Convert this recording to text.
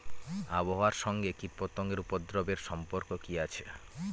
আবহাওয়ার সঙ্গে কীটপতঙ্গের উপদ্রব এর সম্পর্ক কি আছে?